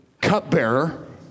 cupbearer